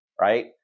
right